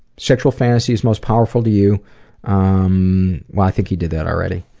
sexual fantasies most powerful to you um well i think you did that already.